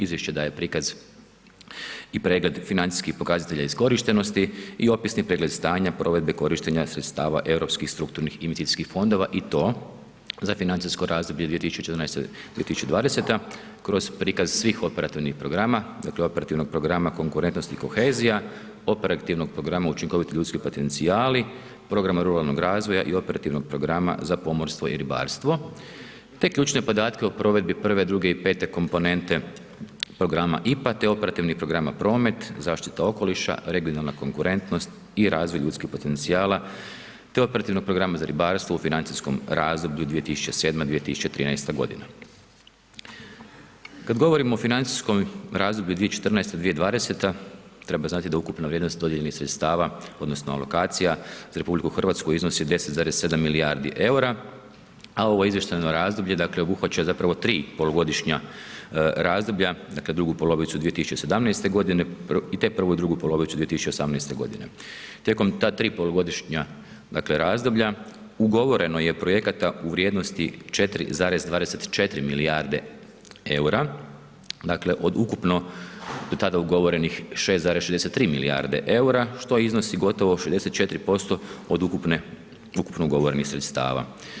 Izvješće daje prikaz i pregled financijskih pokazatelja iskorištenosti i opisni pregled stanja provedbe korištenja sredstava Europskih strukturnih investicijskih fondova i to za financijsko razdoblje 2014.-2020. kroz prikaz svih operativnih programa, dakle, operativnog programa konkurentnosti i kohezija, operativnog programa učinkoviti ljudski potencijali, programa ruralnog razvoja i operativnog programa za pomorstvo i ribarstvo, te ključne podatke o provedbi prve, druge i pete komponente programa … [[Govornik se ne razumije]] programa promet, zaštita okoliša, regionalna konkurentnost i razvoj ljudskih potencijala, te operativnog programa za ribarstvo u financijskom razdoblju 2007.-2013.g. Kad govorimo o financijskom razdoblju 2014.-2020., treba znati da ukupna vrijednost dodijeljenih sredstava odnosno alokacija za RH iznosi 10,7 milijardi EUR-a, a ovo izvještajno razdoblje, dakle, obuhvaća zapravo 3 polugodišnja razdoblja, dakle, drugu polovicu 2017.g., te prvu i drugu polovicu 2018.g. Tijekom ta 3 polugodišnja, dakle, razdoblja, ugovoreno je projekata u vrijednosti 4,24 milijarde EUR-a, dakle, od ukupno tada ugovorenih 6,63 milijarde EUR-a, što iznosi gotovo 64% od ukupno ugovorenih sredstava.